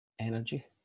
energy